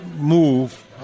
move